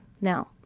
Now